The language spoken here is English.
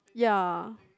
ya